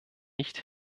nicht